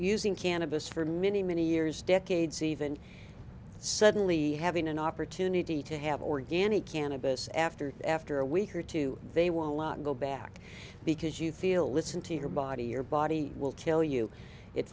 using cannabis for many many years decades even suddenly having an opportunity to have organic cannabis after after a week or two they will not go back because you feel listen to your body your body will kill you it